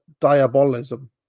diabolism